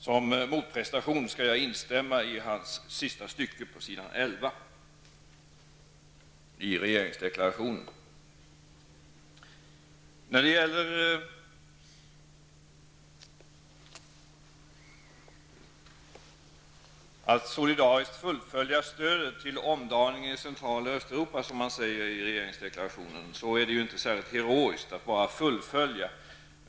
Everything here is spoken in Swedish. Som en motprestation skall jag instämma i sista stycket på s. 11 i regeringsdeklarationen. När det gäller att solidariskt fullfölja stödet till omdaningen i Central och Östeuropa, som man säger i regeringsförklaringen, är det inte särskilt heroiskt att bara fullfölja.